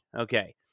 Okay